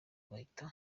bahita